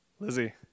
Lizzie